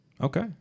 Okay